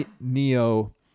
neo